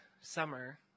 summer